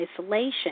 isolation